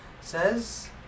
says